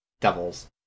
devils